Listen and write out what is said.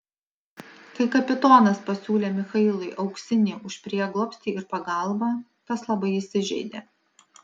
kai kapitonas pasiūlė michailui auksinį už prieglobstį ir pagalbą tas labai įsižeidė